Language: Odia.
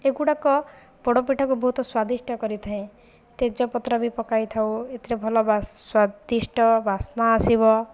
ଏଗୁଡ଼ାକ ପୋଡ଼ପିଠାକୁ ବହୁତ ସ୍ୱାଦିଷ୍ଟ କରିଥାଏ ତେଜପତ୍ର ବି ପକାଇଥାଉ ଏଥିରେ ଭଲ ବା ସ୍ୱାଦିଷ୍ଟ ବାସ୍ନା ଆସିବ